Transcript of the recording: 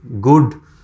good